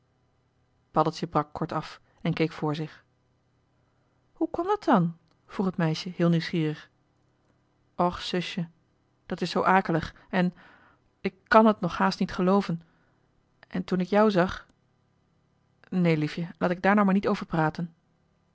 brak kort af en keek voor zich hoe kwam dat dan vroeg het meisje heel nieuwsgierig och zusje dat is zoo akelig en ik kàn het nog haast niet gelooven en toen ik jou zag neen liefje laat ik daar nou maar niet over praten